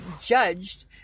judged